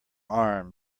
arm